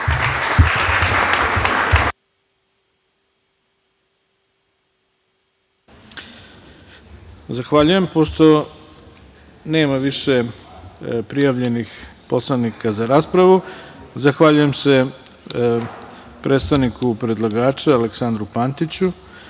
Hvala. Pošto nema više prijavljenih poslanika za raspravu, zahvaljujem se predstavniku predlagača Aleksandru Pantiću